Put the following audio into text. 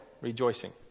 Rejoicing